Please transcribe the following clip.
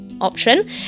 option